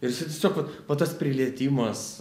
ir jisai tiesiog va tas prilietimas